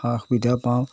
সা সুবিধা পাওঁ